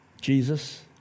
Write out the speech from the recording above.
Jesus